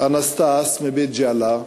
אנסטס מבית-ג'אלה.